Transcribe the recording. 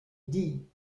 dee